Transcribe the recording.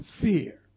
fear